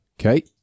Okay